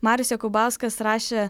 marius jakubauskas rašė